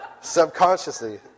Subconsciously